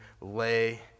lay